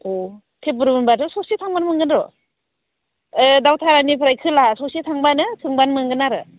अ थेबब्रु होनबाथ' स'से थांबानो मोनगोन र' दावधारानिफ्राय खोला स'से थांबानो सोंबानो मोनगोन आरो